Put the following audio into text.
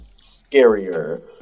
scarier